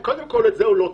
קודם כל, את זה הוא לא תיקן.